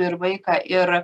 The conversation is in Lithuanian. ir vaiką ir